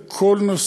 על כל נושא,